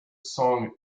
strong